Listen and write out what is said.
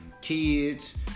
Kids